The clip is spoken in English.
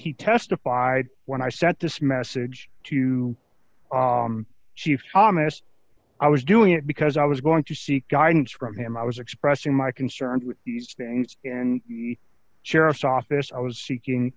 he testified when i sent this message to chief thomas i was doing it because i was going to seek guidance from him i was expressing my concerns with these things in sheriff's office i was seeking